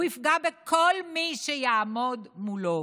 הוא יפגע בכל מי שיעמוד מולו,